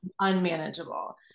unmanageable